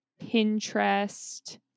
Pinterest